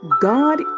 god